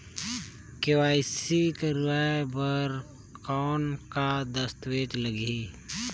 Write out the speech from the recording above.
KYC कराय बर कौन का दस्तावेज लगही?